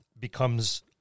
becomes